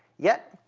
yet,